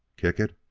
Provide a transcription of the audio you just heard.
kick it,